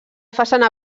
façana